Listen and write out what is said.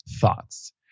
thoughts